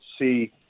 see